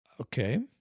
Okay